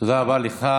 תודה רבה לך.